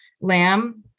lamb